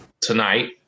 tonight